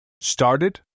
Started